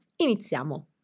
Iniziamo